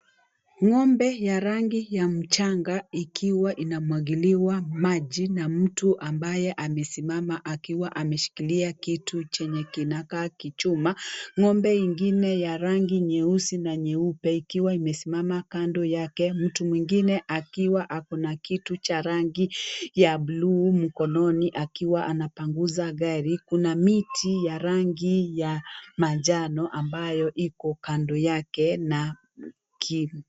Ng'ombe ya rangi ya mchanga ikiwa inamwagiliwa maji, na mtu ambaye amesimama akiwa akishikilia kitu chenye kinakaa kichuma. Ngombe ingine ya rangi nyeusi na nyeupe ikiwa imesimama kando yake, mtu mwingine akiwa ako na kitu cha rangi ya bluu mkononi akiwa anapanguza gari. Kuna miti ya rangi ya manjano ambayo iko kando yake na.